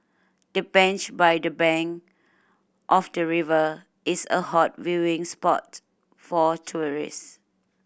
the bench by the bank of the river is a hot viewing spot for tourist